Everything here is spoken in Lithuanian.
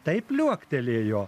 taip liuoktelėjo